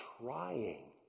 trying